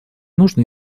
нужно